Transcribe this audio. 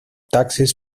taxes